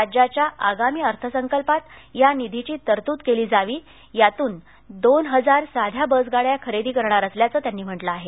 राज्याच्या आगामी अर्थसंकल्पात या निधीची तरतूद केली जावी त्यातून दोन हजार साध्या बस गाड्या खरेदी करणार असल्याचं त्यांनी म्हटलं आहे